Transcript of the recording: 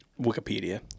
Wikipedia